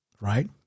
right